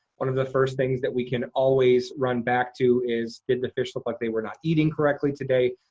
one of the first things that we can always run back to is did the fish look like they were not eating correctly today?